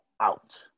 out